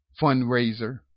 fundraiser